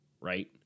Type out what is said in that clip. right